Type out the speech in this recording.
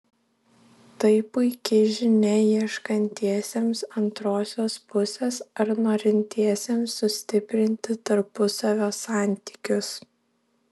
tai puiki žinia ieškantiesiems antrosios pusės ar norintiesiems sustiprinti tarpusavio santykius